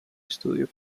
estudio